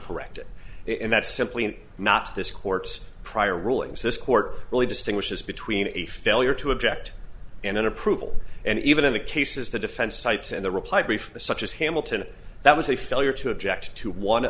that's simply not this court's prior rulings this court really distinguishes between a failure to object and an approval and even in the cases the defense sites and the reply brief such as hamilton that was a failure to object to one